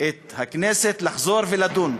את הכנסת לחזור ולדון.